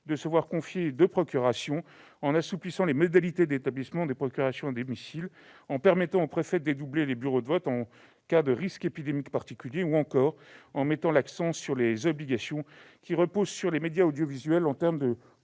de se voir confier deux procurations, assouplissant les modalités d'établissement des procurations à domicile et permettant aux préfets de dédoubler les bureaux de vote en cas de risque épidémique particulier. Elle a aussi mis l'accent sur les obligations qui reposent sur les médias audiovisuels en termes de